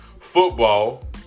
football